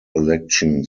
election